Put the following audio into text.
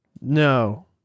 No